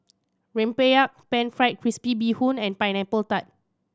rempeyek Pan Fried Crispy Bee Hoon and Pineapple Tart